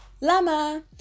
Lama